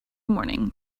morning